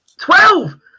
Twelve